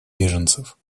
беженцев